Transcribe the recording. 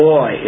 Boy